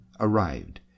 arrived